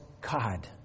God